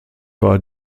war